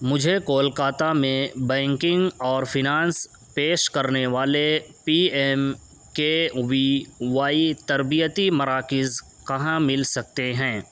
مجھے کولکتہ میں بینکنگ اور فنانس پیش کرنے والے P M K V Y تربیتی مراکز کہاں مل سکتے ہیں